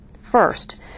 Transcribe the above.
First